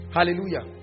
Hallelujah